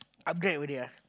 upgrade already ah